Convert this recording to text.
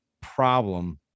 problem